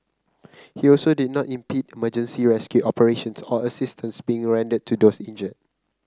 he also did not impede emergency rescue operations or assistance being rendered to those injured